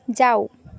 যাও